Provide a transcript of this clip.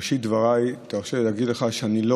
בראשית דבריי תרשה לי להגיד לך שאני לא